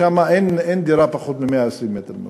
שם אין דירה פחות מ-120 מטר מרובע.